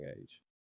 age